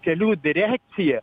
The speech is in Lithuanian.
kelių direkcija